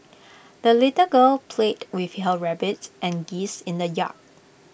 the little girl played with her rabbits and geese in the yard